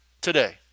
today